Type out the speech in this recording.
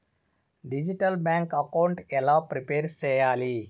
Digital bank account ఎలా prepare సెయ్యాలి?